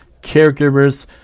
caregivers